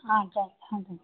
ஆ thank you ஆ